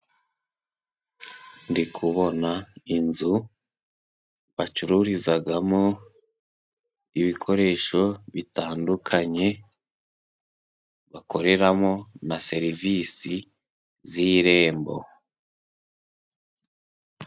Ndikubona inzu bacururizamo ibikoresho bitandukanye, bakoreramo na serivisi z'irembo.